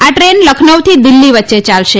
આ ટ્રેન લખનૌથી દિલ્ફી વચ્ચે યાલશે